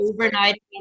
overnight